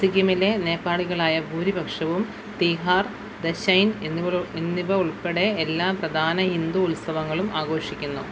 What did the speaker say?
സിക്കിമിലെ നേപ്പാളികളായ ഭൂരിപക്ഷവും തിഹാർ ദശൈൻ എന്നിവ ഉൾപ്പെടെ എല്ലാ പ്രധാന ഹിന്ദു ഉത്സവങ്ങളും ആഘോഷിക്കുന്നു